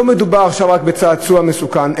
לא מדובר עכשיו רק בצעצוע מסוכן,